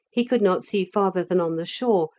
he could not see farther than on the shore,